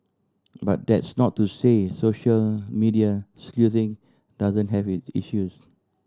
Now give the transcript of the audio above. but that's not to say social media sleuthing doesn't have it issues